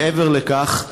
מעבר לכך,